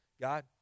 God